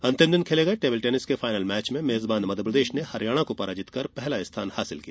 अंतिम दिन खेले गये टेबिल टेनिस के फायनल मैच में मेजबान मध्यप्रदेश ने हरियाणा को पराजित कर पहला स्थान प्राप्त किया